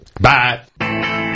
Bye